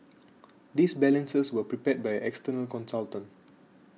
these balances were prepared by an external consultant